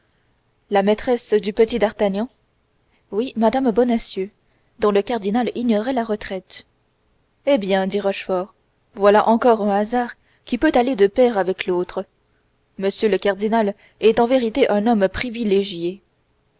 la maîtresse du petit d'artagnan oui mme bonacieux dont le cardinal ignorait la retraite eh bien dit rochefort voilà encore un hasard qui peut aller de pair avec l'autre m le cardinal est en vérité un homme privilégié